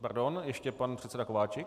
Pardon, ještě pan předseda Kováčik.